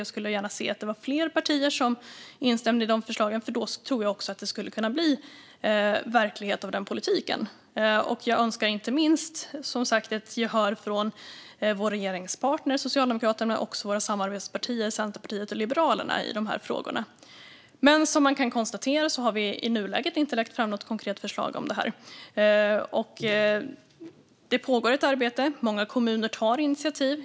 Jag skulle gärna se att fler partier instämde i dem, för då tror jag att denna politik skulle kunna bli verklighet. Jag önskar inte minst få gehör från vår regeringspartner Socialdemokraterna och våra samarbetspartier Centerpartiet och Liberalerna i dessa frågor. Men som man kan konstatera har vi i nuläget inte lagt fram något konkret förslag om detta. Det pågår ett arbete, och många kommuner tar initiativ.